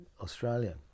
australia